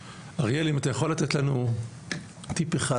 אריאל אם אתה יכול לתת לנו טיפ אחד,